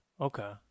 Okay